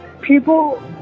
people